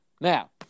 now